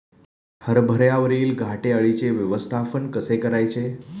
हरभऱ्यावरील घाटे अळीचे व्यवस्थापन कसे करायचे?